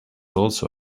also